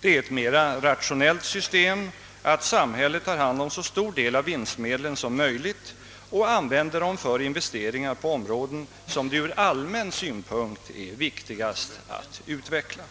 Det är ett mera rationellt system att samhället tar hand om så stor del av vinstmedlen som möjligt och använder dem för investeringar på områden som det ur allmän synpunkt är viktigast att utveckla.